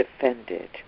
defended